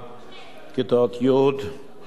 כיתות י' י"ב,